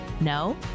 no